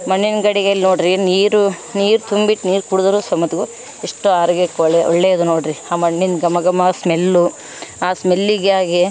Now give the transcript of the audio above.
ಮಣ್ಣಿನ್ ಗಡ್ಗೆಲಿ ನೋಡ್ರಿ ನೀರು ನೀರು ತುಂಬಿಟ್ಟು ನೀರು ಕುಡಿದರು ಸಮೇತ್ಗು ಎಷ್ಟು ಆರೋಗ್ಯಕ್ಕೆ ಒಳ್ಳೆ ಒಳ್ಳೆಯದು ನೋಡ್ರಿ ಆ ಮಣ್ಣಿನ ಘಮ ಘಮ ಸ್ಮೆಲ್ಲು ಆ ಸ್ಮೆಲ್ಲಿಗೆ ಆಗಿ